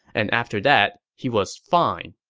and after that, he was fine